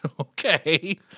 okay